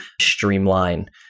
streamline